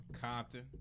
Compton